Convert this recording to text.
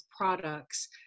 products